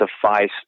suffice